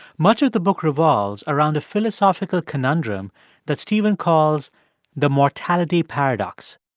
much of the book revolves around a philosophical conundrum that stephen calls the mortality paradox.